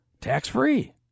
Tax-free